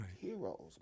heroes